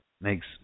makes